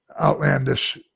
outlandish